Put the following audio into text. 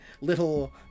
little